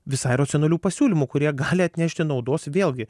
visai racionalių pasiūlymų kurie gali atnešti naudos vėlgi